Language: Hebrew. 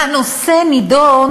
הנושא נדון,